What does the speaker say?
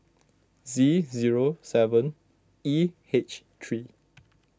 Z zero seven E H three